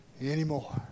anymore